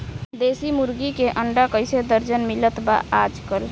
देशी मुर्गी के अंडा कइसे दर्जन मिलत बा आज कल?